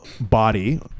body